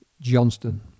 Johnston